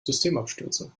systemabstürze